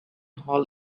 hall